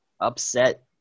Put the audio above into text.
upset